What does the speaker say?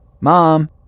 mom